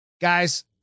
Guys